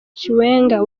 chiwenga